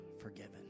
forgiven